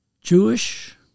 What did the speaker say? Jewish